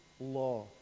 law